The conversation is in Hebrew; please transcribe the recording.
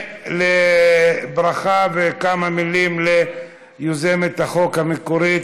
ולברכה וכמה מילים ליוזמת החוק המקורית,